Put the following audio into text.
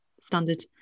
standard